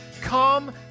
come